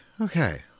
okay